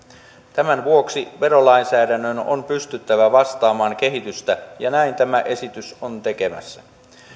tämän vuoksi verolainsäädännön on on pystyttävä vastaamaan kehitystä ja näin tämä esitys on tekemässä